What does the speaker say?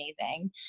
amazing